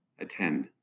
attend